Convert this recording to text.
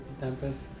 Tempest